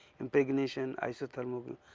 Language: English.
impregnation isothermal.